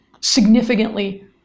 significantly